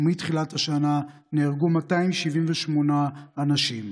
ומתחילת השנה נהרגו 278 אנשים,